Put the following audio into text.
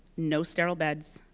no sterile beds.